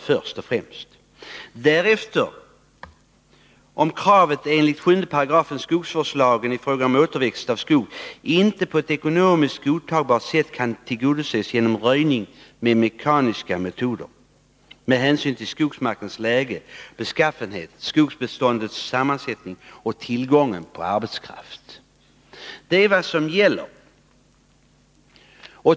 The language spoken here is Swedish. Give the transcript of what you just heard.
Därefter står det att undantag får medges om ” kravet enligt 7 § skogsvårdslagen i fråga om återväxt av skog inte på ett ekonomiskt godtagbart sätt kan tillgodoses genom röjning med mekaniska metoder med hänsyn till skogsmarkens läge och beskaffenhet, skogsbeståndets sammansättning och tillgången på arbetskraft”. Det är vad som gäller.